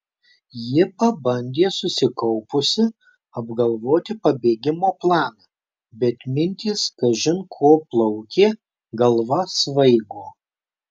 ji pabandė susikaupusi apgalvoti pabėgimo planą bet mintys kažin ko plaukė galva svaigo